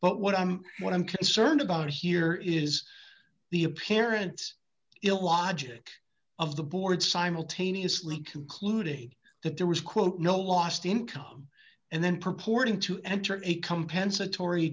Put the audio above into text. but what i'm what i'm concerned about here is the apparent illogic of the board simultaneously concluding that there was quote no lost income and then purporting to enter it compensatory